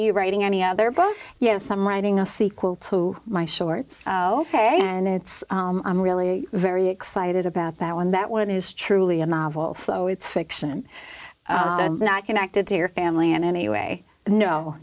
you writing any other book yes i'm writing a sequel to my shorts ok and it's i'm really very excited about that one that one is truly a novel so it's fiction not connected to your family in any way no